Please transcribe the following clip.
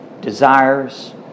desires